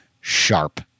sharp